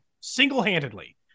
single-handedly